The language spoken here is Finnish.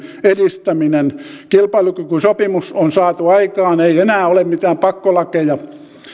edistäminen kilpailukykysopimus on saatu aikaan ei ei enää ole mitään pakkolakeja